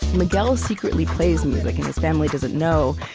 miguel secretly plays music and his family doesn't know,